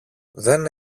δεν